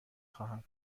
خواهم